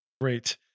Great